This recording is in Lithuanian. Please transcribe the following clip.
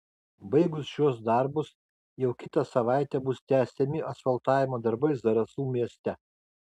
baigus šiuos darbus jau kitą savaitę bus tęsiami asfaltavimo darbai zarasų mieste